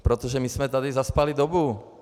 Protože my jsme tady zaspali dobu.